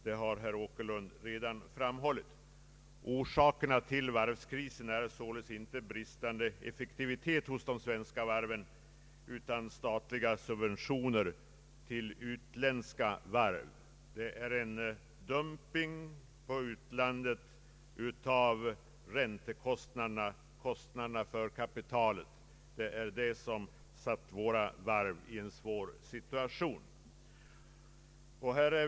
På ett område har de svenska varven emellertid svårt att följa med i den utländska konkurrensen, Det är i fråga om långfristiga krediter till beställarna på förmånliga räntevillkor. De har att konkurrera med en dumpning av räntorna vilket försatt dem i en svår situation.